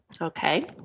Okay